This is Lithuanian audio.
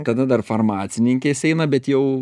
tada dar farmacininkės eina bet jau